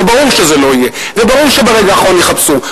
ברור שזה לא יהיה וברור שברגע האחרון יחפשו,